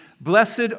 Blessed